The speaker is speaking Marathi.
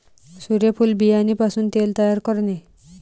सूर्यफूल बियाणे पासून तेल तयार करणे